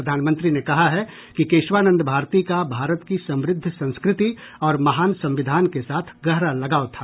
प्रधानमंत्री ने कहा है कि केशवानंद भारती का भारत की समृद्ध संस्कृति और महान संविधान के साथ गहरा लगाव था